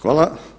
Hvala.